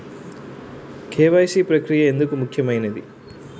KYC ప్రక్రియ ఎందుకు ముఖ్యమైనది?